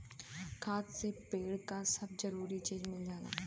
खाद से पेड़ क सब जरूरी चीज मिल जाला